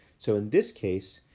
so in this case,